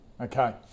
Okay